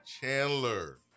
Chandler